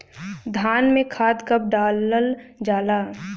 धान में खाद कब डालल जाला?